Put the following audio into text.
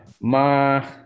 ma